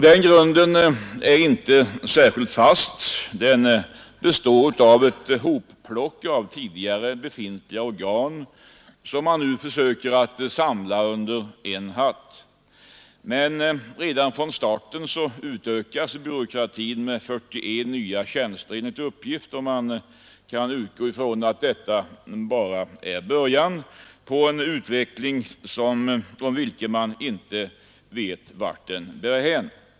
Den grunden är inte särskilt fast — den består av ett hopplock av tidigare befintliga organ, som man nu försöker samla under en hatt. Men redan från starten utökas byråkratin med 41 nya tjänster, enligt uppgift, och vi kan utgå från att detta bara är början på en utveckling om vilken vi inte vet vart den bär hän.